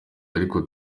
ariko